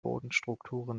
bodenstrukturen